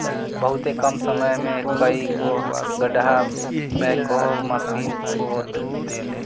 बहुते कम समय में कई गो गड़हा बैकहो माशीन खोद देले